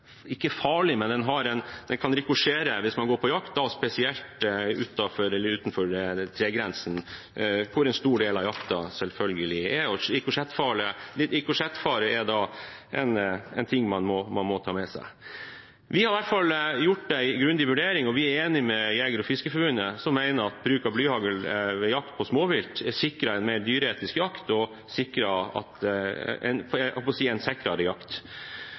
ikke farlig, men den kan rikosjettere hvis man går på jakt – da spesielt utenfor tregrensen, hvor en stor del av jakten selvfølgelig er – og rikosjettfare er noe man må ta med seg. Vi har i hvert fall gjort en grundig vurdering, og vi er enige med Norges Jeger- og Fiskerforbund, som mener at ved bruk av blyhagl ved jakt på småvilt er man sikret en mer dyreetisk jakt og – jeg holdt på å si – en